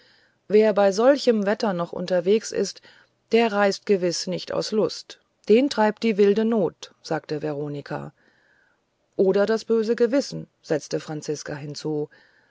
wer bei solche wetter noch unterwegs ist der reist gewiß nicht aus lust den treibt die wilde not sagte veronika oder das böse gewissen setzte franziska hinzu